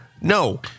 No